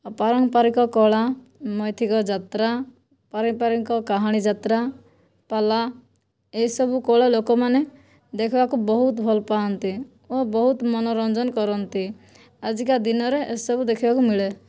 ଆଉ ପାରମ୍ପରିକ କଳା ମୈଥିକ ଯାତ୍ରା ପାରମ୍ପରିକ କାହାଣୀ ଯାତ୍ରା ପାଲା ଏସବୁ କଳା ଲୋକମାନେ ଦେଖିବାକୁ ବହୁତ ଭଲପାଆନ୍ତି ଓ ବହୁତ ମନୋରଞ୍ଜନ କରନ୍ତି ଆଜିକା ଦିନରେ ଏସବୁ ଦେଖିବାକୁ ମିଳେ